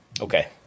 Okay